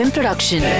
Production